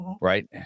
Right